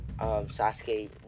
Sasuke